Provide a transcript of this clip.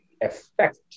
effect